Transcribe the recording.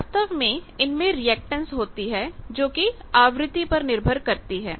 वास्तव में इनमे रिएक्टेंस होती है जो की आवृत्ति पर निर्भर करती है